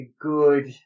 good